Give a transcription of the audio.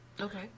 Okay